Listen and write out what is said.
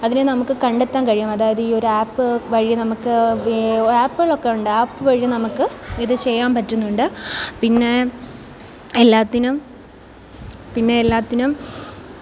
അതിനെ നമ്മൾക്ക് കണ്ടെത്താന് കഴിയും അതായത് ഈ ഒരു ആപ്പ് വഴി നമ്മൾക്ക് ആപ്പുകളൊക്കെ കൊണ്ട് ആപ്പ് വഴി നമ്മൾക്ക് ഇത് ചെയ്യാന് പറ്റുന്നുണ്ട് പിന്നെ എല്ലാത്തിനും പിന്നെ എല്ലാത്തിനും